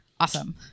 Awesome